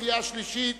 קריאה שלישית,